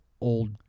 old